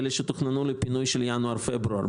באלה שתוכננו לפינוי בינואר ובפברואר.